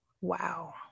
wow